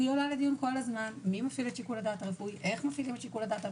והיא עולה לדיון כל הזמן מי מפעיל את שיקול הדעת הרפואי,